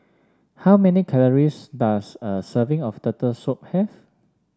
how many calories does a serving of Turtle Soup have